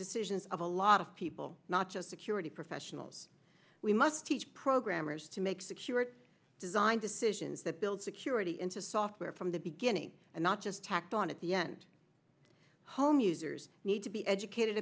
decisions of a lot of people not just security professionals we must teach programmers to make security design decisions that build security into software from the beginning and not just tacked on at the end home users need to be educated